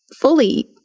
fully